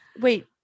Wait